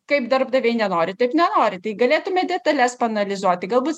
kaip darbdaviai nenori taip nenori tai galėtume detales paanalizuoti gal bus